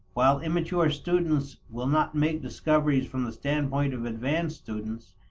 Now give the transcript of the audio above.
while immature students will not make discoveries from the standpoint of advanced students,